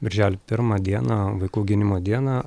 birželio pirmą dieną vaikų gynimo dieną